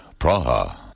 Praha